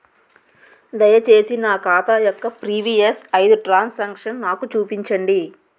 దయచేసి నా ఖాతా యొక్క ప్రీవియస్ ఐదు ట్రాన్ సాంక్షన్ నాకు చూపండి